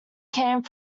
came